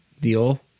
deal